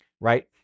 right